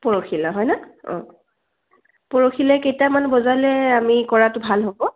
পৰহিলৈ হয়নে অঁ পৰহিলৈ কেইটামান বজালৈ আমি কৰাটো ভাল হ'ব